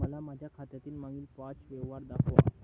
मला माझ्या खात्यातील मागील पांच व्यवहार दाखवा